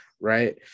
right